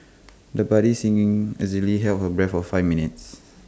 the budding singing easily held her breath for five minutes